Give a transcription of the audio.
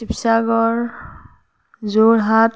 Sivasagar Jorhat